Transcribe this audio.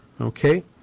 Okay